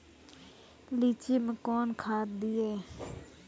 लीची मैं कौन खाद दिए?